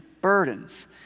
burdens